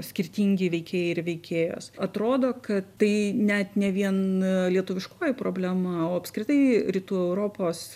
skirtingi veikėjai ir veikėjos atrodo kad tai net ne vien lietuviškoji problema o apskritai rytų europos